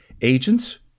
agents